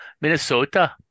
Minnesota